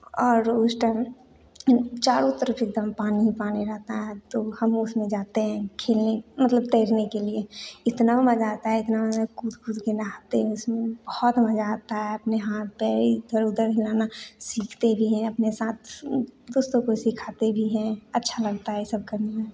और उस टाइम चारों तरफ़ एकदम पानी पानी रहता है तो हम उसमें जाते हैं खेलने मतलब तैरने के लिए इतना मज़ा आता है इतना मज़ा कूद कूद के नहाते हैं उसमें बहुत मज़ा आता है अपने हाथ पैर इधर उधर हिलाना सीखते भी हैं अपने साथ दोस्तों को सिखाते भी हैं अच्छा लगता है इ सब करने में